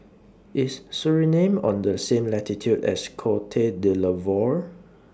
IS Suriname on The same latitude as Cote D'Ivoire